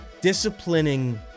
disciplining